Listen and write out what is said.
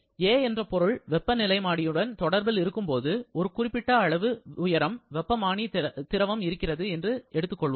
A என்ற பொருள் வெப்பநிலைமானி உடன் தொடர்பில் இருக்கும்போது ஒரு குறிப்பிட்ட அளவு உயரம் வெப்பநிலைமானி திரவம் இருக்கிறது என்று எடுத்துக் கொள்வோம்